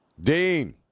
dean